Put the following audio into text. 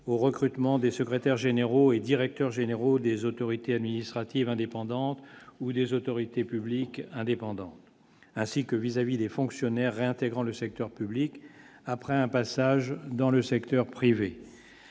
au recrutement des secrétaires généraux et directeurs généraux des autorités administratives indépendantes ou des autorités publiques indépendantes ainsi que vis-à-vis des fonctionnaires, réintégrant le secteur public, après un passage dans le secteur privé